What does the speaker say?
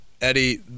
Eddie